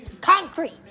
concrete